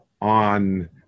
on